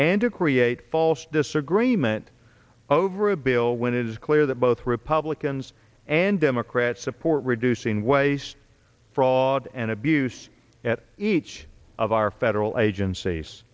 to create false disagreement over a bill when it is clear that both republicans and democrats support reducing waste fraud and abuse at each of our federal agencies